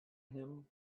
him